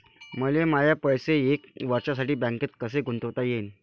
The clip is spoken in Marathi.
मले माये पैसे एक वर्षासाठी बँकेत कसे गुंतवता येईन?